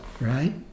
right